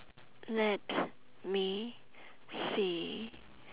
let me see